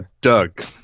Doug